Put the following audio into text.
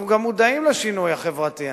אנחנו גם מודעים לשינוי החברתי.